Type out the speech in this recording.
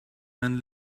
man